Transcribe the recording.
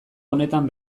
honetan